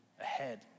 ahead